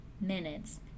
minutes